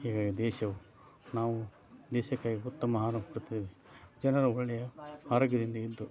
ಹೀಗಾಗಿ ದೇಶವು ನಾವು ದೇಶಕ್ಕಾಗಿ ಉತ್ತಮ ಆಹಾರವನ್ನು ಕೊಡ್ತಿದೀವಿ ಜನರು ಒಳ್ಳೆಯ ಆರೋಗ್ಯದಿಂದ ಇದ್ದು